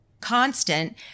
constant